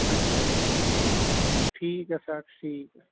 ਅੱਛਾ ਸਰ ਠੀਕ ਹੈ ਸਰ ਠੀਕ ਹੈ